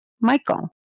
Michael